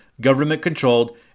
government-controlled